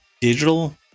Digital